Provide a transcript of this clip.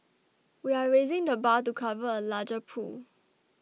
we are raising the bar to cover a larger pool